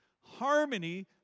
Harmony